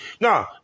no